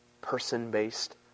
person-based